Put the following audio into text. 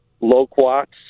loquats